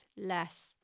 less